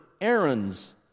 errands